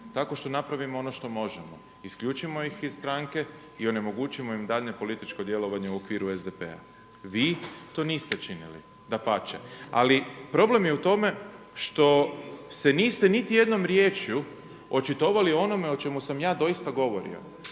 tako što napravimo ono što možemo. Isključimo ih iz stranke i onemogućimo im daljnje političko djelovanje u okviru SDP-a. Vi to niste činili. Dapače. Ali problem je u tome što se niste niti jednom riječju očitovali o onome o čemu sa ja doista govorio.